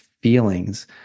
feelings